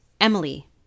emily